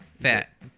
Fat